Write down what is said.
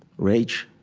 rage